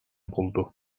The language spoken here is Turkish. buldu